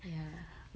ya